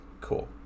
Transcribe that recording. cool